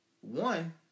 One